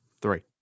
Three